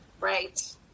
Right